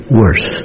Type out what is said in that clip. worse